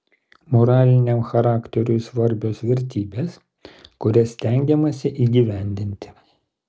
moraliniam charakteriui svarbios vertybės kurias stengiamasi įgyvendinti